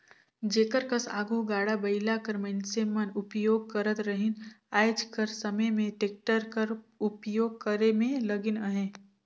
जेकर कस आघु गाड़ा बइला कर मइनसे मन उपियोग करत रहिन आएज कर समे में टेक्टर कर उपियोग करे में लगिन अहें